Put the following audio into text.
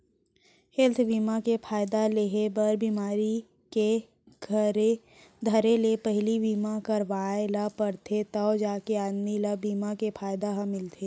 health बीमा के फायदा लेहे बर बिमारी के धरे ले पहिली बीमा करवाय ल परथे तव जाके आदमी ल बीमा के फायदा ह मिलथे